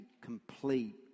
complete